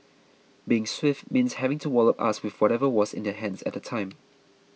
being swift means having to wallop us with whatever was in their hands at the time